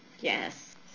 Yes